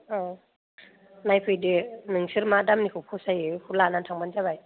औ नायफैदो नोंसोर मा दामनिखौ फसायो बेखौ लानानै थांबानो जाबाय